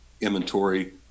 inventory